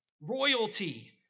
royalty